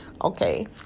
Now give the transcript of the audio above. okay